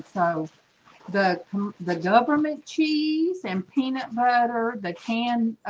so the the government cheese and peanut butter the can